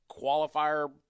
qualifier